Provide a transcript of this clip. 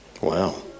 Wow